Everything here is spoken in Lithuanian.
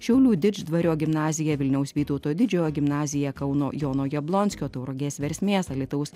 šiaulių didždvario gimnazija vilniaus vytauto didžiojo gimnazija kauno jono jablonskio tauragės versmės alytaus